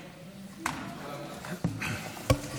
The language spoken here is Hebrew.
גברתי.